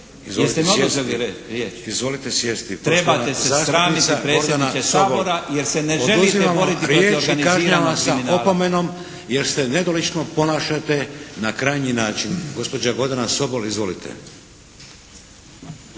(Nezavisni)** Trebate se sramiti predsjedniče Sabora jer se ne želite boriti s organiziranim kriminalom.